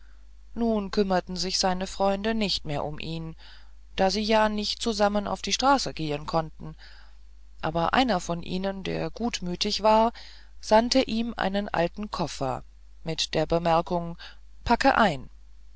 nun kümmerten sich seine freunde nicht mehr um ihn da sie ja nicht zusammen auf die straße gehen konnten aber einer von ihnen der gutmütig war sandte ihm einen alten koffer mit der bemerkung packe ein